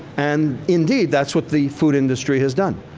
and indeed, that's what the food industry has done.